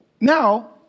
Now